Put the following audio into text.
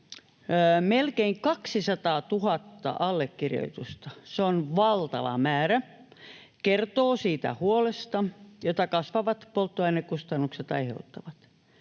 melkein 200 000 allekirjoitusta. Se on valtava määrä ja kertoo siitä huolesta, jota kasvavat polttoainekustannukset aiheuttavat.